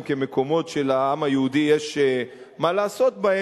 מקומות שלעם היהודי יש מה לעשות בהם,